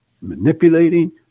manipulating